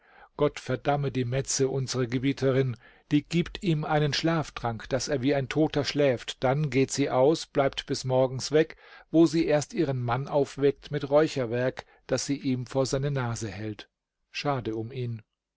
gott verdamme die metze unsere gebieterin die gibt ihm einen schlaftrank daß er wie ein toter schläft dann geht sie aus bleibt bis morgens weg wo sie erst ihren mann aufweckt mit räucherwerk das sie ihm vor seine nase hält schade um ihn